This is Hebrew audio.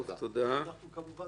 אנחנו כמובן מסכימים.